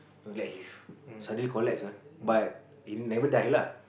no like he suddenly collapse lah but he never die lah